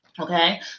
Okay